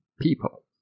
people